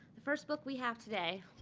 the first book we have today,